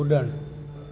कुॾणु